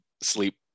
sleep